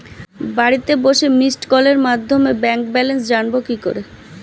বাড়িতে বসে মিসড্ কলের মাধ্যমে ব্যাংক ব্যালেন্স জানবো কি করে?